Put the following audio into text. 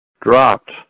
dropped